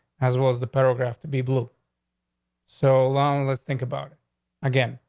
as was the paragraph to be blue so long let's think about it again.